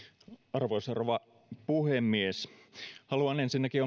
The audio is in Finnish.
arvoisa rouva puhemies haluan ensinnäkin